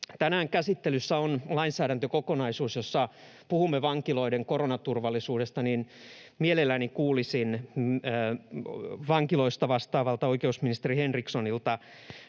tänään on käsittelyssä lainsäädäntökokonaisuus, jossa puhumme vankiloiden koronaturvallisuudesta, niin mielelläni kuulisin vankiloista vastaavalta oikeusministeri Henrikssonilta